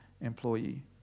employee